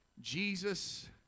Jesus